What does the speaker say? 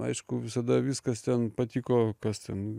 aišku visada viskas ten patiko kas ten